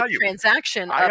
transaction